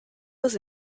was